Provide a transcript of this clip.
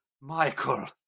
michael